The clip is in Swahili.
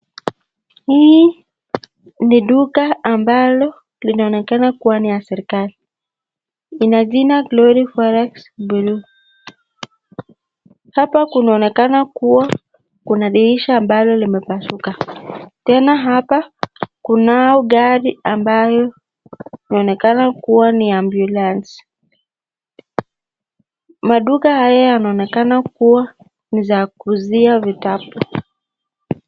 Hii ni duka ambalo linaonekana kuwa la serikali. Lina jina Glory Forest Blue. Hapa kunaonekana kuwa kuna dirisha ambalo limepasuka. Tena hapa kunao gari ambalo linaonekana kuwa ni ambulansi. Maduka haya yaonekana kuwa ni za kuuzia vitabu.